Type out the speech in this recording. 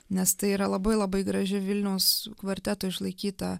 nes tai yra labai labai graži vilniaus kvarteto išlaikyta